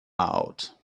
out